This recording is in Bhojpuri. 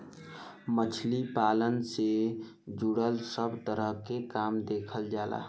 मछली पालन से जुड़ल सब तरह के काम देखल जाला